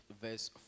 verse